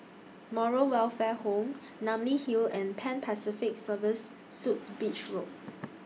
Moral Welfare Home Namly Hill and Pan Pacific Serviced Suites Beach Road